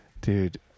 Dude